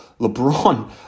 LeBron